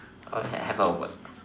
I hav~ have what